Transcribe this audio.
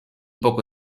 poco